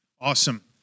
Awesome